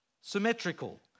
symmetrical